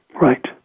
right